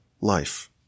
life